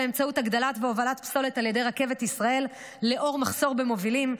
באמצעות הגדלת והובלת פסולת על ידי רכבת ישראל לאור מחסור במובילים,